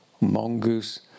mongoose